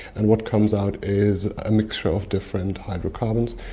and what comes out is a mixture of different hydrocarbons.